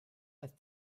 with